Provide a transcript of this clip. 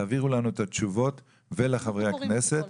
תעבירו לנו את התשובות ולחברי הכנסת,